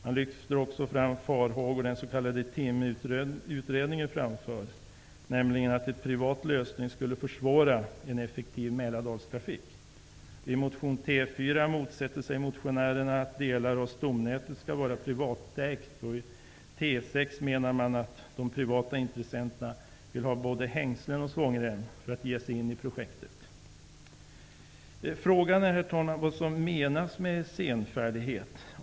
Man lyfter också fram de farhågor den s.k. TIM-utredningen framför, nämligen att en privat lösning skulle försvåra en effektiv Mälardalstrafik. I motion T4 motsätter sig motionärerna att delar av stomnätet skall vara privatägt. I T6 menar man att de privata intressenterna vill ha både hängslen och svångrem för att ge sig in i projektet. Frågan är, herr talman, vad som menas med senfärdighet.